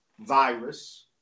virus